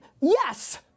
yes